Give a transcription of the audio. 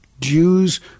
Jews